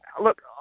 Look